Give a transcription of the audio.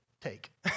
take